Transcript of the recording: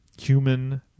human